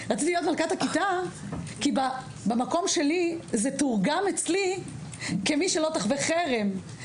רציתי להיות מלכת הכיתה כי במקום שלי זה תורגם אצלי כמי שלא תחווה חרם.